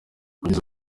kugeza